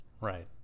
Right